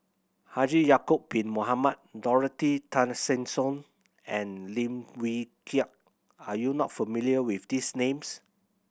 Haji Ya'acob Bin Mohamed Dorothy Tessensohn and Lim Wee Kiak are you not familiar with these names